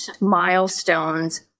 milestones